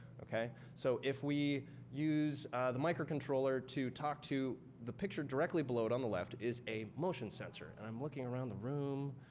okay? so if we use the microcontroller to talk to the picture directly below it on the left is a motion sensor. and i'm looking around the room.